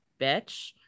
bitch